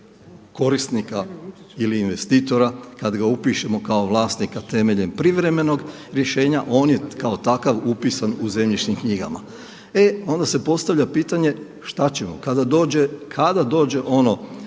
korisnika ili investitora, kad ga upišemo kao vlasnika temeljem privremenog rješenja on je kao takav upisan u zemljišnim knjigama. E onda se postavlja pitanje šta ćemo. Kada dođe ono